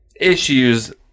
issues